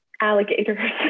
alligators